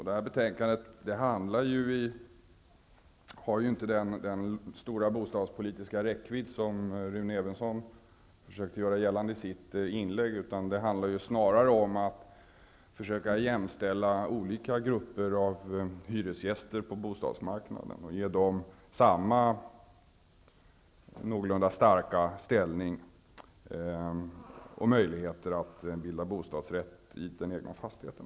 Det här betänkandet har inte den stora bostadspolitiska räckvidd som Rune Evensson försökte göra gällande, utan det handlar snarare om att försöka jämställa olika grupper av hyresgäster på bostadsmarknaden och ge dem samma, någorlunda starka ställning och möjligheter att bilda bostadsrättsförening i den egna fastigheten.